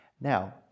Now